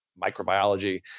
microbiology